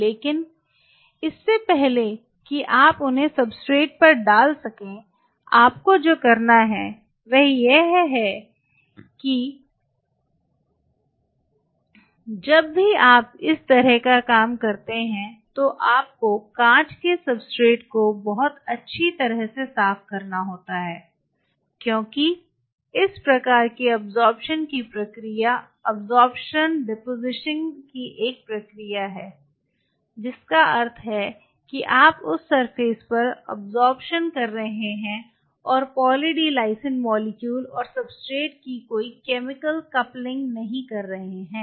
लेकिन इससे पहले कि आप उन्हें सब्सट्रेट पर डाल सकें आपको जो करना है वह यह है कि जब भी आप इस तरह का काम करते हैं तो आपको कांच के सब्सट्रेट को बहुत अच्छी तरह से साफ करना होता है क्योंकि इस प्रकार की अब्सॉर्प्शन की प्रक्रिया अब्सॉर्प्शन डेपोज़िशन की एक प्रक्रिया है जिसका अर्थ है कि आप उस सरफेस पर अब्सॉर्प्शन कर रहे हैं और पाली डी लाइसिन मॉलिक्यूल और सब्सट्रेट की कोई केमिकल कपलिंग नहीं कर रहे हैं